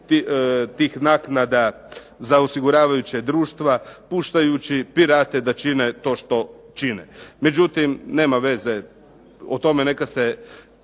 tih naknada za osiguravajuća društva puštajući pirate da čine to što čine. Međutim, nema veze, o tome neka se